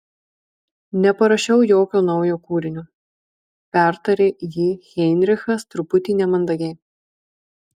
neparašiau jokio naujo kūrinio pertarė jį heinrichas truputį nemandagiai